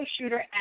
shooter